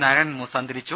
നാരായണൻ മൂസ് അന്തരിച്ചു